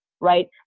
right